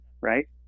right